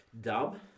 Dub